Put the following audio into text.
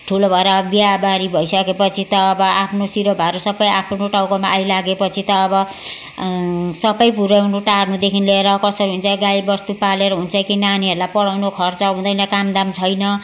ठु ठुलो भएर बिहा बारी भइसके पछि त अब आफ्नो सिरो भारो सब आफ्नो टाउकोमा आइलागे पछि त अब सब पुर्याउनु टार्नुदेखि लिएर कसरी हुन्छ गाई बस्तु पालेर हुन्छ कि नानीहरूलाई पढाउनु खर्च हुँदैन काम दाम छैन